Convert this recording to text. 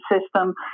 system